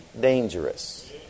dangerous